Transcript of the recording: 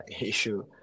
issue